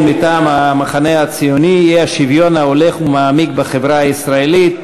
מטעם המחנה הציוני: האי-שוויון ההולך ומעמיק בחברה הישראלית,